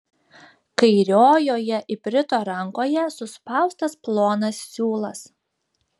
kairiojoje iprito rankoje suspaustas plonas siūlas